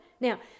Now